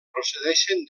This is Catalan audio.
procedeixen